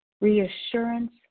reassurance